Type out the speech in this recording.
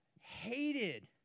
hated